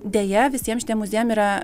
deja visiem šitiem muziejam yra